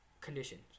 conditions